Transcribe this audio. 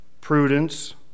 prudence